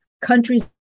countries